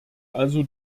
also